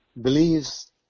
Believes